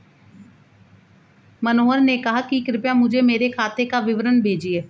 मनोहर ने कहा कि कृपया मुझें मेरे खाते का विवरण भेजिए